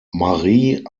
marie